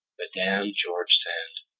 madame george sand.